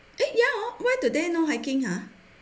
eh ya hor why today no hiking ah